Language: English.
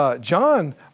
John